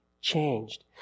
changed